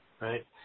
right